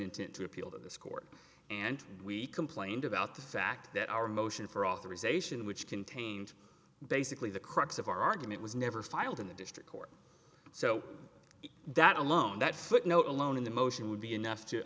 intent to appeal to this court and we complained about the fact that our motion for authorization which contained basically the crux of our argument was never filed in the district court so that alone that footnote alone in the motion would be enough to